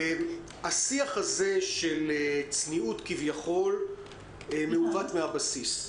השיח הזה, של צניעות כביכול, מעוות מן הבסיס.